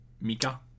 Mika